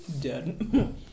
Done